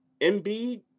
Embiid